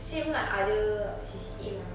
same like other C_C_A lah